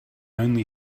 only